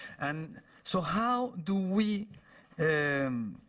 and so how do we and